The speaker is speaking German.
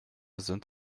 sind